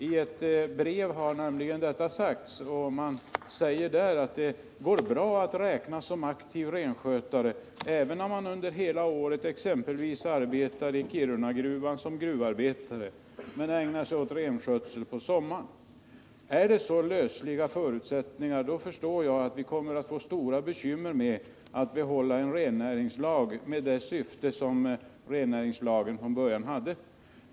I ett brev har nämligen detta påståtts, och det sägs där att man kan räknas som aktiv renskötare även om man under hela året arbetar, exempelvis i Kirunagruvan som gruvarbetare, men ägnar sig åt renskötsel på sommaren. Är det så lösliga förutsättningar som gäller, då förstår jag att vi kommer att få stora bekymmer med att behålla en rennäringslag med de syften som rennäringslagen från början hade.